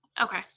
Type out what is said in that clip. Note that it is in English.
Okay